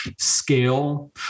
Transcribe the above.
scale